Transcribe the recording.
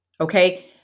Okay